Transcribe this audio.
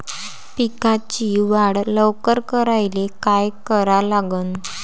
पिकाची वाढ लवकर करायले काय करा लागन?